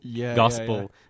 gospel